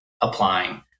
applying